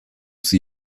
sie